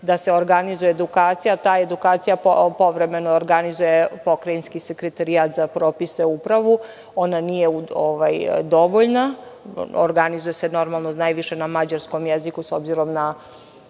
da se organizuje edukacija. Ta edukacija povremeno organizuje pokrajinski sekretarijat za propise upravu. Ona nije dovoljna. Organizuje se normalno, najviše na mađarskom jeziku s obzirom na